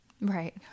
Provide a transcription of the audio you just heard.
Right